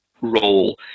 role